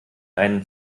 einen